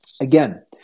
again